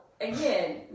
again